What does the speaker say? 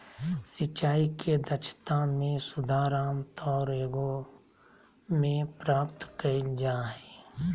सिंचाई के दक्षता में सुधार आमतौर एगो में प्राप्त कइल जा हइ